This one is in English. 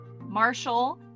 Marshall